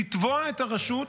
לתבוע את הרשות,